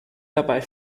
dabei